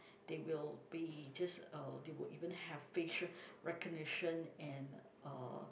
they will be just uh they will even have facial recognition and uh